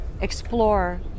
explore